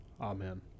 amen